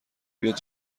بیاد